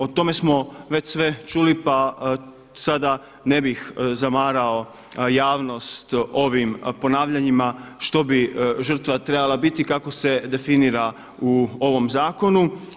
O tome smo već sve čuli, pa sada ne bih zamarao javnost ovim ponavljanjima što bi žrtva trebala biti, kako se definira u ovom zakonu.